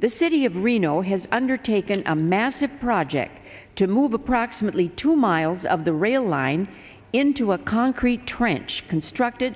the city of reno has undertaken a massive project to move approximately two miles of the rail line into a concrete trench constructed